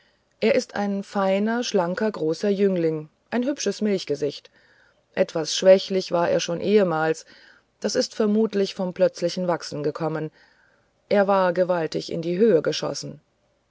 er ist ein feiner schlanker großer jüngling ein hübsches milchgesicht etwas schwächlich war er schon ehemals das ist vermutlich vom plötzlichen wachsen gekommen er war gewaltig in die höhe geschossen